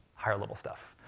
higher level stuff.